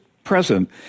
present